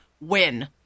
win